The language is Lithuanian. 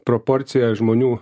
proporcija žmonių